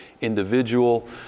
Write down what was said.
individual